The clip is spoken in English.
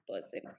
person